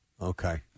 Okay